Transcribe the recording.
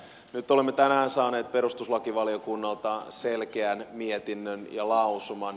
nyt olemme tänään saaneet perustuslakivaliokunnalta selkeän mietinnön ja lausuman